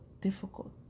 difficult